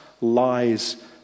lies